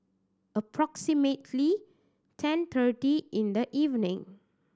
approximately ten thirty in the evening